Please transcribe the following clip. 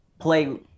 play